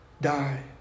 die